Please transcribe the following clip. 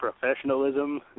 professionalism